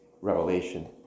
revelation